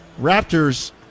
raptors